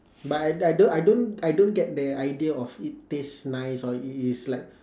but I I don't I don't I don't get the idea of it taste nice or it is like